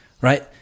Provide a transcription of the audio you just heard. right